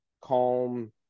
calm